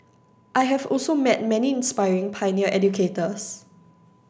I have also met many inspiring pioneer educators